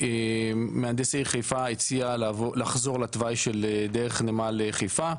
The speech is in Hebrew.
ומהנדס העיר חיפה הציע לחזור לתוואי של דרך נמל חיפה,